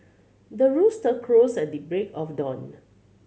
the rooster crows at the break of dawn